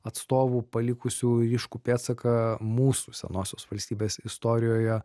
atstovų palikusių ryškų pėdsaką mūsų senosios valstybės istorijoje